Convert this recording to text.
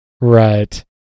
Right